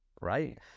right